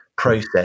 Process